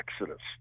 Exodus